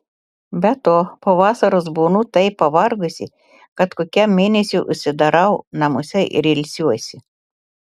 be to po vasaros būnu taip pavargusi kad kokiam mėnesiui užsidarau namuose ir ilsiuosi